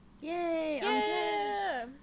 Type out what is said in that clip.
Yay